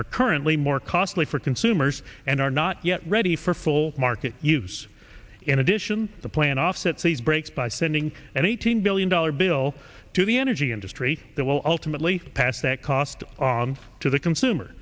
are currently more costly for consumers and are not yet ready for full market use in addition the plant offsets these breaks by sending an eighteen billion dollars bill to the energy industry that will ultimately pass that cost on to the consumer